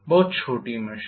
बहुत छोटी मशीन